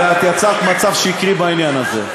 הרי את יצרת מצג שקרי בעניין הזה.